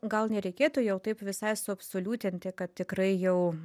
gal nereikėtų jau taip visai suabsoliutinti kad tikrai jau